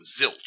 Zilch